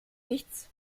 nichts